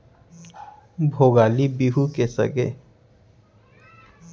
भोगाली बिहू के समे फसल के लुवई होगे रहिथे